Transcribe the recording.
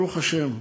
ברוך השם,